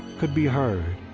could be heard,